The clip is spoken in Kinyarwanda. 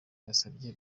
yasabye